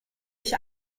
ich